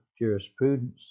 jurisprudence